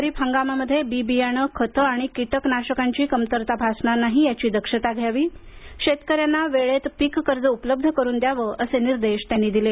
खरीप हंगामामध्ये बी बियाण खतं आणि किटकनाशकांची कमतरता भासणार नाही याची दक्षता घ्यावी शेतकऱ्यांना वेळेत पीक कर्ज उपलब्ध करुन द्यावं असे निर्देश त्यांनी दिले